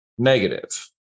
negative